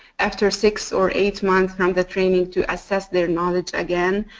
after six or eight months from the training to assess their knowledge again.